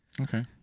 Okay